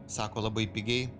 sako labai pigiai